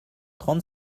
trente